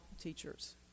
teachers